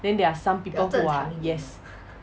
then there are some people who are yes